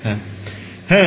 ছাত্র ছাত্রী হ্যাঁ